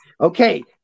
Okay